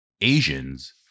Asians